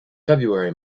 february